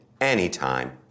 anytime